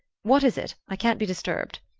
what is it? i can't be disturbed.